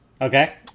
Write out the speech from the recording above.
Okay